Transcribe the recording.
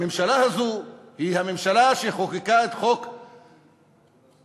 הממשלה הזאת היא הממשלה שחוקקה את חוק הגיוס,